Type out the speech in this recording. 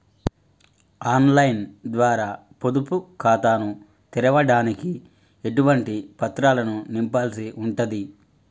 On line ద్వారా పొదుపు ఖాతాను తెరవడానికి ఎటువంటి పత్రాలను నింపాల్సి ఉంటది?